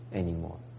anymore